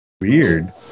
Weird